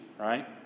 right